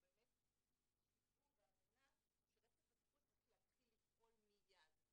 באמת חיבור והבנה שרצף הטיפול צריך להתחיל לפעול מייד.